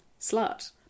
Slut